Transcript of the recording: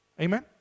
Amen